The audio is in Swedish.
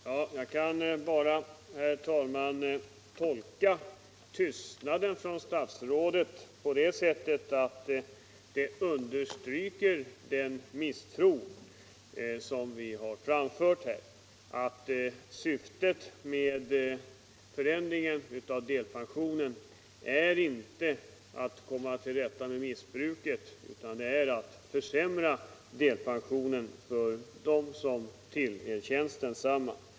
Herr talman! Jag kan bara tolka statsrådets tystnad på det sättet att den understryker den misstro som vi har framfört när det gäller syftet med delpensionen. Syftet tycks inte vara att komma till rätta med missbruket, utan att försämra delpensionen för dem som tillerkänns densamma.